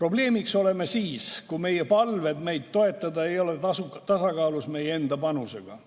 Probleemiks oleme siis, kui meie palved meid toetada ei ole tasakaalus meie enda panusega,